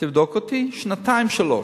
תבדוק אותי, שנתיים-שלוש,